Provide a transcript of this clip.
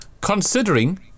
considering